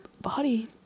body